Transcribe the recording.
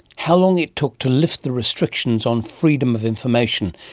how long it took to lift the restrictions on freedom of information,